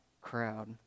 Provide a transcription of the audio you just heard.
crowd